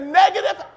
negative